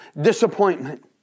disappointment